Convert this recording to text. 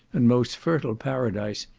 and most fertile paradise,